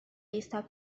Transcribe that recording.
está